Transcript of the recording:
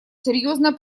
серьезная